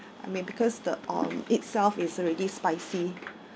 I mean because the um itself is already spicy